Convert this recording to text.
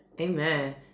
Amen